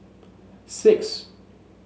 six